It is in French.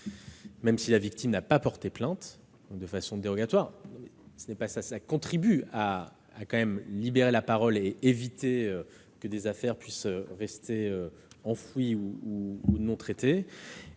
même si la victime n'a pas porté plainte, de façon dérogatoire. Cela contribue à libérer la parole et à éviter que des affaires restent enfouies ou non traitées.